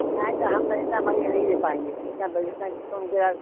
नहीं तो हम इतना महंग नहीं ले पाएँगे इतना बजट इतना